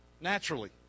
naturally